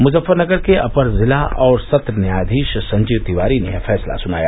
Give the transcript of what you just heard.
मुजफ्फरनगर के अपर जिला और सत्र न्यायधीश संजीव तिवारी ने यह फैसला सुनाया